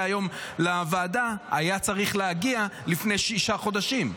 היום לוועדה היה צריך להגיע לפני שישה חודשים.